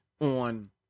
on